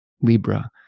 Libra